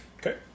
Okay